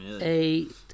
eight